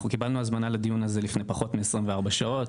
אנחנו קיבלנו את ההזמנה לדיון הזה לפני פחות מ-24 שעות,